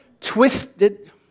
twisted